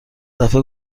دفعه